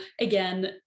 again